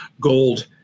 Gold